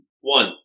One